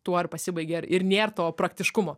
tuo ir pasibaigė ir ir nėr to praktiškumo